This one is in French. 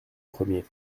premier